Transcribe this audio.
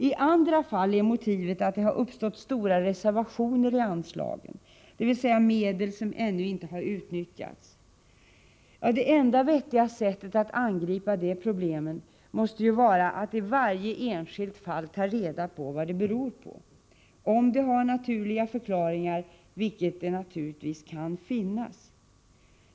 I andra fall är motivet att det har uppstått stora reservationer i anslagen — dvs. tidigare anslagna medel har ännu inte utnyttjats. Det enda vettiga sättet att angripa de problemen måste vara att i varje enskilt fall ta reda på vad reservationerna beror på — måhända kan det ibland finnas naturliga förklaringar till dem.